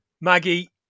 Maggie